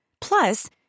Plus